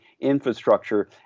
infrastructure